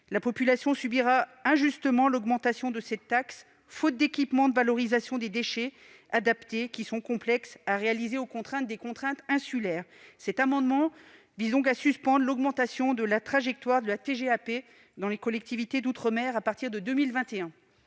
La population subira, de façon injuste, l'augmentation de cette taxe, faute d'équipements adaptés de valorisation des déchets, lesquels sont complexes à réaliser au vu des contraintes insulaires. Cet amendement vise donc à suspendre l'augmentation de la trajectoire de la TGAP dans les collectivités d'outre-mer à partir de 2021.